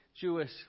Jewish